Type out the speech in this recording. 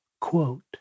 Quote